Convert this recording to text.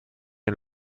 and